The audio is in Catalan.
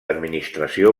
administració